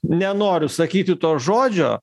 nenoriu sakyti to žodžio